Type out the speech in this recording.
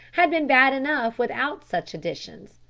had been bad enough without such additions.